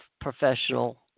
professional